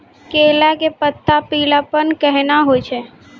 केला के पत्ता पीलापन कहना हो छै?